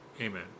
Amen